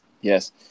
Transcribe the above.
Yes